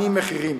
מתאמים מחירים.